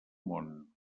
món